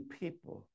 people